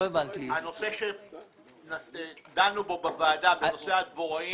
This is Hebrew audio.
הנושא שדנו בו בוועדה בנושא הדבוראים.